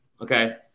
okay